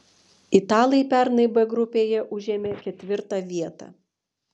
italai pernai b grupėje užėmė ketvirtą vietą